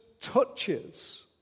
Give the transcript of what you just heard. touches